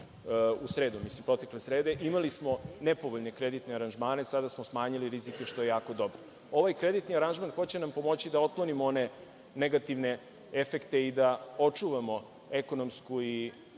u sredu, protekle srede, nepovoljne kreditne aranžmane. Sada smo smanjili rizike, što je jako dobro. Ovaj kreditni aranžman će nam pomoći da otklonimo negativne efekte i da očuvamo ekonomsku i